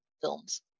films